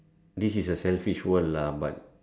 this is a selfish world lah but